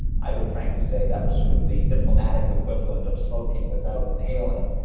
i would frankly say that was sort of the diplomatic equivalent of smoking without inhaling